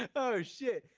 oh, shit.